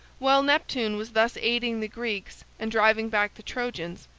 while neptune was thus aiding the greeks and driving back the trojans,